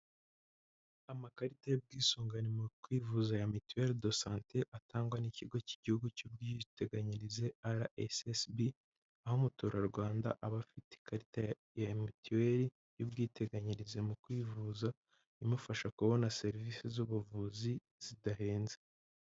Amakarita y'ubwisungane mu kwivuza ya mituelle de sante atangwa n'ikigo cy'igihugu cy'ubwiteganyirize RSSB aho umuturarwanda aba afite ikarita ya mituweli y'ubwiteganyirize mu kwivuza imufasha kubona serivisi z'ubuvuzi zidahenze.